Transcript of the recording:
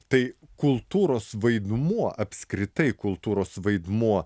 tai kultūros vaidmuo apskritai kultūros vaidmuo